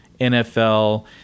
NFL